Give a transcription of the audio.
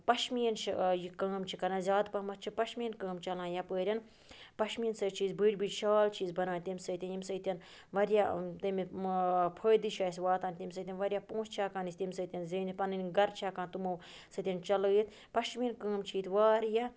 پَشمیٖن چھِ یہِ کٲم کَران زیادٕ پَہمَتھ چھِ پَشمیٖن کٲم چَلان یَپٲرٮ۪ن پَشمیٖن سۭتۍ چھِ أسۍ بٔڑۍ بٔڑۍ شال چھِ أسۍ بَنان تمہِ سۭتۍ ییٚمہِ سۭتۍ واریاہ تمہِ فٲیدٕ چھِ اَسہِ واتان تمہِ سۭتۍ واریاہ پۄنٛسہٕ چھِ ہٮ۪کان أسۍ تمہِ سۭتۍ زیٖنِتھ پَنٕنۍ گَرٕ چھِ ہٮ۪کان تِمو سۭتٮ۪ن چَلٲیِتھ پَشمیٖن کٲم چھِ ییٚتہِ واریاہ